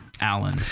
Alan